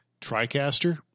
TriCaster